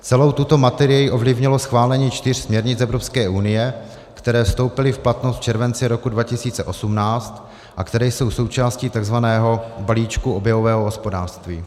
Celou tuto materii ovlivnilo schválení čtyř směrnic Evropské unie, které vstoupily v platnost v červenci roku 2018 a které jsou součástí takzvaného balíčku oběhového hospodářství.